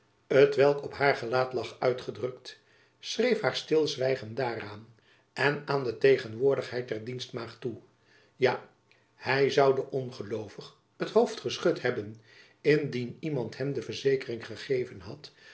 t welk op haar gelaat lag uitgedrukt schreef haar stilzwijgen daaraan en aan de tegenwoordigheid der dienstmaagd toe ja hy zoude ongeloovig het hoofd geschud hebben indien iemand hem de verzekering gegeven had